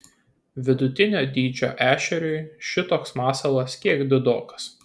vidutinio dydžio ešeriui šitoks masalas kiek didokas